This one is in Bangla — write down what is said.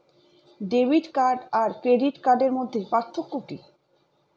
ডেবিট কার্ড আর ক্রেডিট কার্ডের মধ্যে পার্থক্য কি?